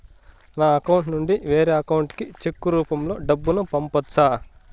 నా అకౌంట్ నుండి వేరే అకౌంట్ కి చెక్కు రూపం లో డబ్బును పంపొచ్చా?